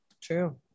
True